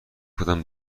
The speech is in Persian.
گفتم